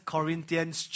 Corinthians